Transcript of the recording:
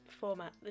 format